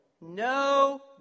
no